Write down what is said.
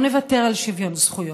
שלא נוותר על שוויון זכויות.